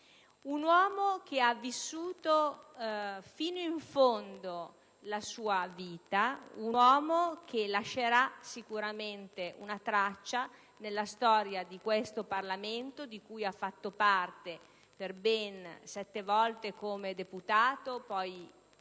Un uomo che ha vissuto fino in fondo la sua vita, un uomo che lascerà sicuramente una traccia nella storia del Parlamento di cui ha fatto parte sette volte come deputato e poi